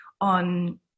on